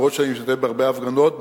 אפילו שאני משתתף בהרבה הפגנות,